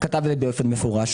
כתב את זה באופן מפורש,